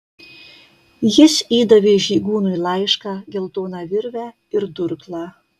jis įdavė žygūnui laišką geltoną virvę ir durklą